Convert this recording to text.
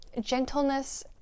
gentleness